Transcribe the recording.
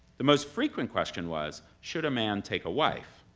the most frequent question was should a man take a wife?